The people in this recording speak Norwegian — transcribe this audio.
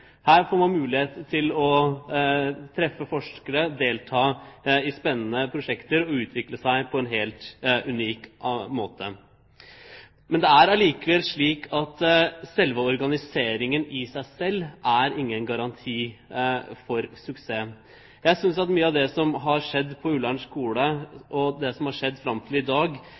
får mulighet til å treffe forskere, delta i spennende prosjekter og utvikle seg på en helt unik måte. Men det er likevel slik at organiseringen i seg selv ikke er noen garanti for suksess. Jeg synes at mye av det som har skjedd på Ullern skole fram til i dag, er et eksempel på at det